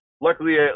luckily